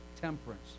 temperance